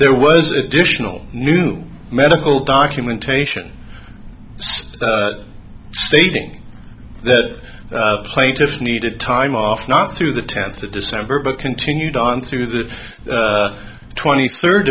there was additional new medical documentation stating that plaintiff needed time off not through the tenth of december but continued on through the twenty third